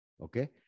Okay